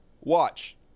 watch